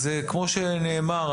אז כמו שנאמר,